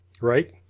right